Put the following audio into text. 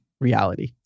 reality